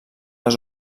les